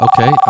Okay